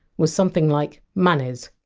was something like! manniz,